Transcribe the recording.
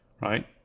right